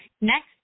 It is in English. Next